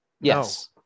Yes